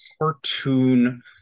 cartoon